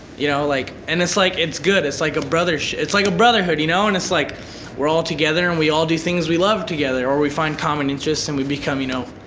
you know like and it's like it's good. it's like a brothersh it's like a brotherhood, you know? and it's like we're all together and we all do things we love together or we find common interest and we become you know,